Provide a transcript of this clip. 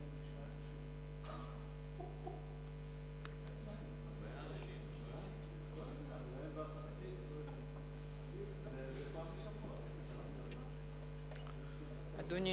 אדוני